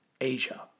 Asia